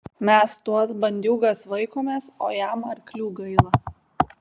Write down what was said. mes tuos bandiūgas vaikomės o jam arklių gaila